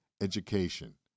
education